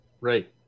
Right